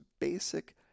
basic